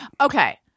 Okay